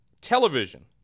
television